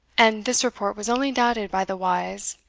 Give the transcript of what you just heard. and this report was only doubted by the wise,